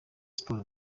sports